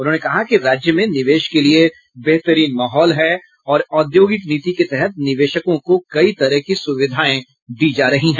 उन्होंने कहा कि राज्य में निवेश के लिये बेहतरीन माहौल है और औद्योगिक नीति के तहत निवेशकों को कई तरह की सुविधाएं दी जा रही हैं